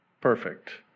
Perfect